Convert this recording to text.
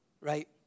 right